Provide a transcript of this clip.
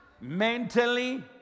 mentally